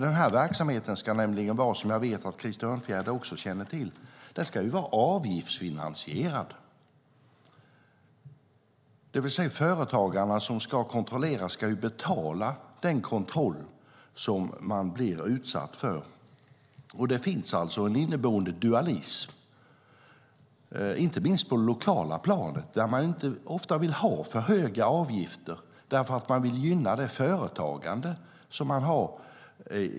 Den här verksamheten ska nämligen - som jag vet att Krister Örnfjäder känner till - vara avgiftsfinansierad, det vill säga att företagarna som ska kontrolleras ska betala den kontroll som de utsätts för. Det finns alltså en inneboende dualism i den här branschen, inte minst på det lokala planet där man ofta inte vill ha för höga avgifter eftersom man vill gynna det företagande man har.